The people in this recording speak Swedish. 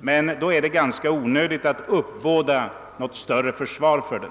Men då är det väl också onödigt att som en del här gjort uppbåda något försvar för den.